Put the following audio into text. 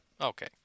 Okay